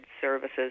services